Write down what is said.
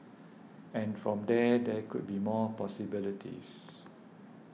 and from there there could be more possibilities